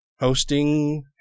hosting